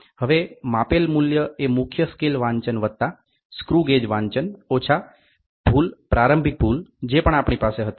હવે માપેલ મૂલ્ય એ મુખ્ય સ્કેલ વાંચન વત્તા સ્ક્રુ ગેજ વાંચન ઓછા ભૂલ પ્રારંભિક ભૂલ જે પણ આપણી પાસે હતી